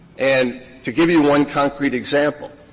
and to give you one concrete example